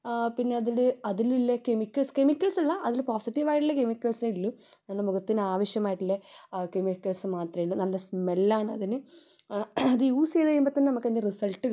പിന്നെ അതിൽ അതിലുള്ള കെമിക്കൽസ് കെമിക്കൽസല്ല അതിൽ പോസിറ്റീവായിട്ടുള്ള കെമിക്കൽസേ ഉള്ളൂ കാരണം മുഖത്തിന് ആവശ്യമായിട്ടുള്ള കെമിക്കൽസ് മാത്രമേ ഉള്ളൂ നല്ല സ്മെല്ലാണതിന് അത് യൂസ് ചെയ്ത് കഴിയുമ്പോൾ തന്നെ നമുക്കതിൻ്റെ റിസൾട്ട് കിട്ടും